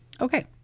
Okay